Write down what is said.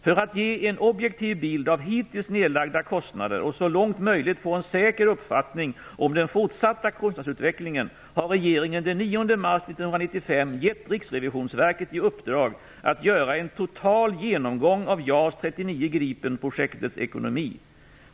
För att ge en objektiv bild av hittills nedlagda kostnader och så långt möjligt få en säker uppfattning om den fortsatta kostnadsutvecklingen har regeringen den 9 mars 1995 gett Riksrevisionsverket i uppdrag att göra en total genomgång av JAS 39 Gripenprojektets ekonomi.